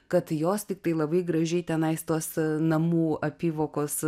kad jos tiktai labai gražiai tenais tos namų apyvokos